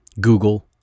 Google